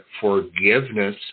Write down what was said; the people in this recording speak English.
forgiveness